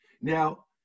Now